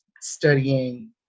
studying